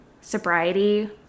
sobriety